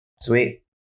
sweet